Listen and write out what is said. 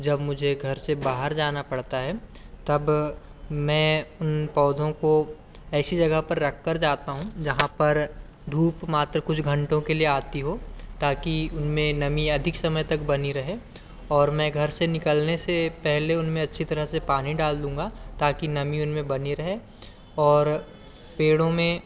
जब मुझे घर से बाहर जाना पड़ता है तब मैं उन पौधों को ऐसी जगह पर रख कर जाता हूँ जहाँ पर धूप मात्र कुछ घण्टों के लिए आती हो ताकि उनमें नमी अधिक समय तक बनी रहे और मैं घर से निकलने से पहले उनमें अच्छी तरह से पानी डाल दूँगा ताकि नमी उनमें बनी रहे और पेड़ों में